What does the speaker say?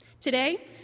Today